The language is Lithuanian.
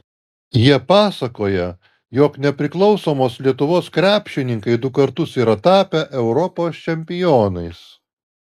jie pasakoja jog nepriklausomos lietuvos krepšininkai du kartus yra tapę europos čempionais